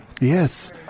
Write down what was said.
Yes